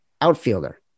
outfielder